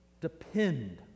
depend